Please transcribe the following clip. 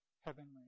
heavenly